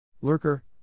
Lurker